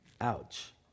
Ouch